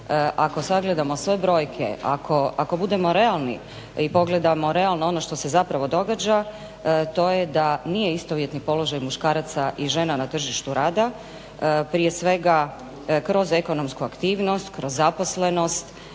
ako sagledamo sve brojke ako budemo realni i pogledamo realno ono što se zapravo događa, to je da nije istovjetni položaj muškaraca i žena na tržištu rada prije svega kroz ekonomsku aktivnost kroz zaposlenost